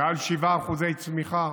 מעל 7% צמיחה,